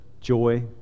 joy